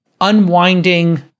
unwinding